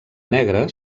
negre